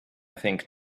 think